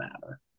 matter